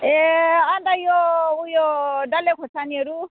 ए अन्त यो उयो डल्ले खोर्सानीहरू